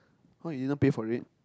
oh you didn't pay for it